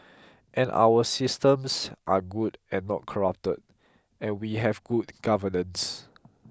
and our systems are good and not corrupt and we have good governance